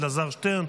אלעזר שטרן,